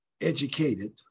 educated